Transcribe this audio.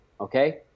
Okay